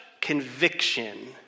conviction